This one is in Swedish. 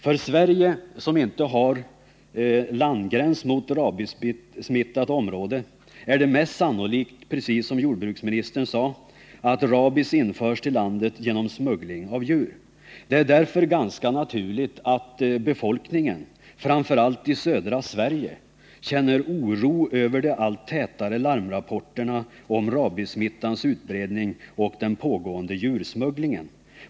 För Sverige, som inte har landgräns mot rabiessmittat område, är det som jordbruksministern sade mest sannolikt att rabies införs till landet genom smuggling av djur. Det är därför ganska naturligt att befolkningen, framför allt i södra Sverige, känner oro över de allt tätare larmrapporterna om rabiessmittans utbredning och den pågående djursmugglingen.